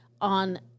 on